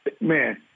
man